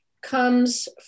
comes